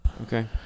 Okay